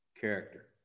Character